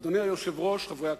אדוני היושב-ראש, חברי הכנסת,